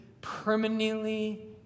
permanently